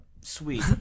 Sweet